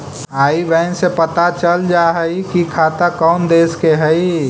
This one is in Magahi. आई बैन से पता चल जा हई कि खाता कउन देश के हई